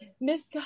Miss